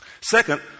Second